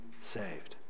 saved